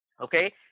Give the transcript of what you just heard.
Okay